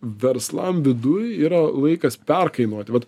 verslam viduj yra laikas perkainuoti vat